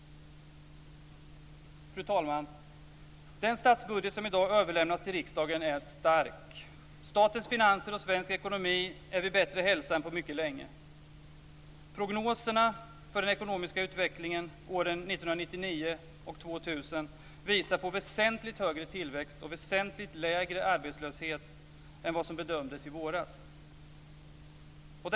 Fru talman! Den statsbudget som i dag överlämnas till riksdagen är stark. Statens finanser och svensk ekonomi är vid bättre hälsa än på mycket länge. Prognoserna för den ekonomiska utvecklingen åren 1999 och 2000 visar på väsentligt högre tillväxt och väsentligt lägre arbetslöshet än den bedömning som gjordes i våras.